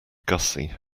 gussie